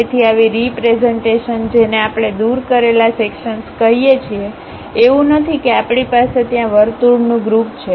તેથી આવી રીપ્રેઝન્ટેશનજેને આપણે દૂર કરેલા સેક્શનસ કહીએ છીએ એવું નથી કે આપણી પાસે ત્યાં વર્તુળ નું ગ્રુપ છે